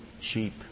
cheap